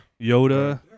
Yoda